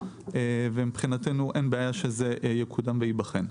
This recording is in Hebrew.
אליכם ומבחינתנו אין בעיה שזה יקודם וייבחן.